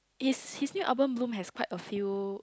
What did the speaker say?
is his new album Bloom has quite a few